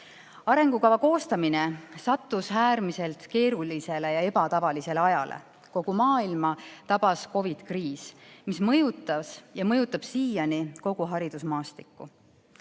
Arengukava koostamine sattus äärmiselt keerulisele ja ebatavalisele ajale. Kogu maailma tabas COVID‑i kriis, mis mõjutas ja mõjutab siiani kogu haridusmaastikku.